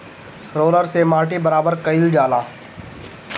roller से माटी बराबर कइल जाला